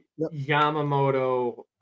Yamamoto